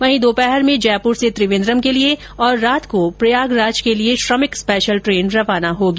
वहीं दोपहर को जयपुर से त्रिवेन्द्रम के लिए और रात को प्रयागराज के लिए श्रमिक स्पेशल ट्रेन रवाना होगी